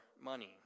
money